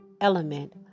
element